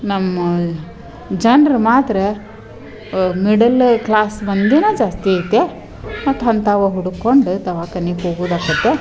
ನಮ್ಮ ಜನ್ರು ಮಾತ್ರ ಮಿಡಲ್ಲ ಕ್ಲಾಸ್ ಮಂದಿನೆ ಜಾಸ್ತಿ ಐತೆ ಮತ್ತೆ ಅಂತವ ಹುಡುಕೊಂಡು ದವಾಖಾನಿಗೆ ಹೋಗೋದಾಗ್ತೈತೆ